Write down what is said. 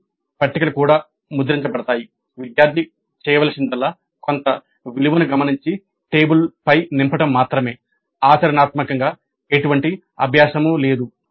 మరియు పట్టికలు కూడా ముద్రించబడతాయి విద్యార్థి చేయాల్సిందల్లా కొంత విలువను గమనించి టేబుల్పై నింపడం మాత్రమే ఆచరణాత్మకంగా ఎటువంటి అభ్యాసం లేదు